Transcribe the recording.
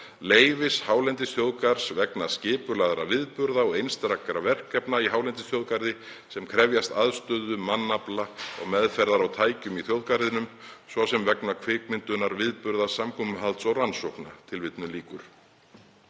leyfis Hálendisþjóðgarðs vegna skipulagðra viðburða og einstakra verkefna í Hálendisþjóðgarði sem krefjast aðstöðu, mannafla og meðferðar tækja í þjóðgarðinum, svo sem vegna kvikmyndunar, viðburða, samkomuhalds og rannsókna“. Aðilar